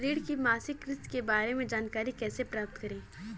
ऋण की मासिक किस्त के बारे में जानकारी कैसे प्राप्त करें?